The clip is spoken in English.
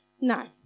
No